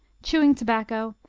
chewing tobacco,